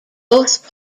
both